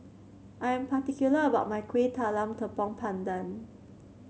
I am particular about my Kuih Talam Tepong Pandan